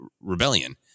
rebellion